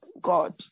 God